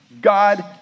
God